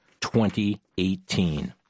2018